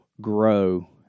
grow